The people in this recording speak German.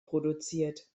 produziert